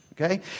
Okay